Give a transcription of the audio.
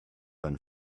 and